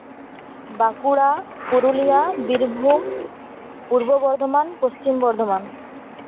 Bankura Purulia Birbhum Purba Bardhaman Paschim Bardhaman